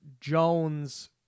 Jones